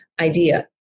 idea